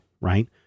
right